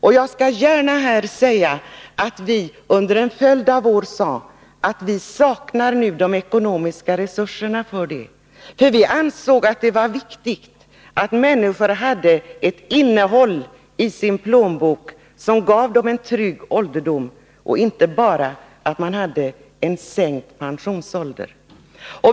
Jag skall här gärna säga att vi under en följd av år framhöll att vi saknade de ekonomiska resurserna, ty vi ansåg att det var viktigt att människor hade ett innehåll i sina plånböcker som gav dem en trygg ålderdom och inte bara en sänkt pensionsålder.